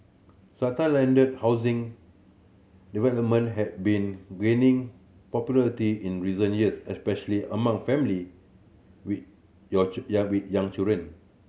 strata landed housing development have been gaining popularity in recent years especially among family with your young with young children